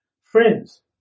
friends